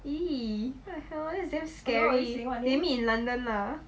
!ee! what the hell that is damn scary they meet in london lah